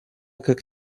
как